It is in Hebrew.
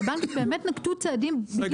כי הבנקים באמת נקטו צעדים בדיוק בכיוון.